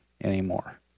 anymore